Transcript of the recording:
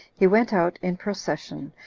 he went out in procession,